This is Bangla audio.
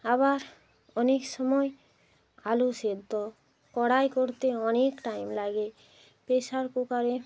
আবার অনেক সময় আলু সেদ্ধ কড়ায় করতে অনেক টাইম লাগে প্রেশার কুকারে